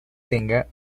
tenga